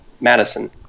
Madison